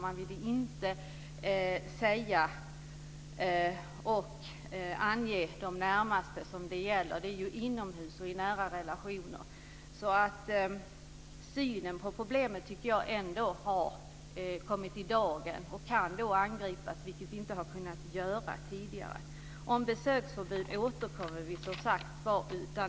Man har inte velat ange de närmaste som det gäller, och brotten sker ju inomhus och i nära relationer. Jag tycker ändå att synen på problemet har kommit i dagen och kan angripas, vilket inte har kunnat göras tidigare. Till frågan om besöksförbud återkommer vi, som sagt.